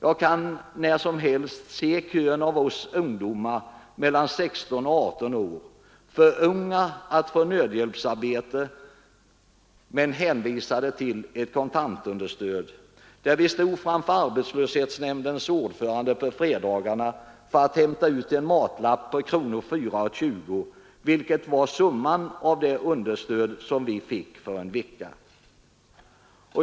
Jag kan när som helt se kön av oss ungdomar mellan 16 och 18 år — för unga att få nödhjälpsarbete, hänvisade till ett kontant understöd — där vi stod framför arbetslöshetsnämndens ordförande på fredagarna för att hämta ut en matlapp på 4:20 kronor, vilket var summan av det understöd som vi fick för en vecka.